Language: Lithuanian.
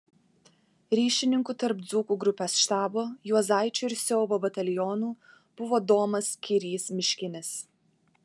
ryšininku tarp dzūkų grupės štabo juozaičio ir siaubo batalionų buvo domas kirys miškinis